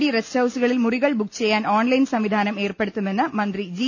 D rest ഹൌസുകളിൽ മുറികൾ book ചെയ്യാൻ ഓൺലൈൻ സംവിധാനം ഏർപ്പെടുത്തുമെന്ന് മന്ത്രി ജി